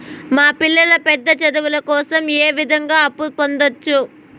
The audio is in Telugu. మా పిల్లలు పెద్ద చదువులు కోసం ఏ విధంగా అప్పు పొందొచ్చు?